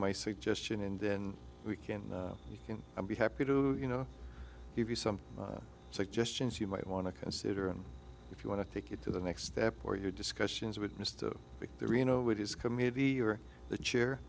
my suggestion and then we can you can be happy you know give you some suggestions you might want to consider and if you want to take it to the next step or your discussions with mr reno would his committee or the chair